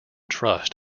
trust